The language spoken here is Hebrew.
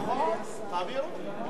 נכון, תעבירו.